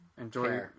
enjoy